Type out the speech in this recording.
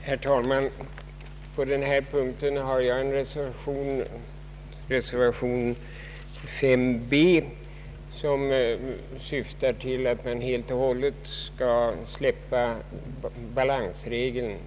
Herr talman! Vid denna punkt har jag avgivit reservation 5 b, som syftar till att man helt och hållet skall släppa balansregeln.